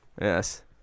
Yes